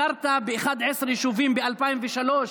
הכרתם ב-11 יישובים ב-2003,